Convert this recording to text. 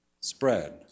spread